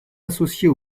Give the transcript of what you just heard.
associés